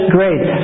Great